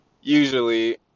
Usually